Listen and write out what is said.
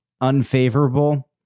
unfavorable